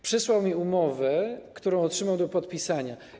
Przesłał mi umowę, którą otrzymał do podpisania.